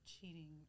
cheating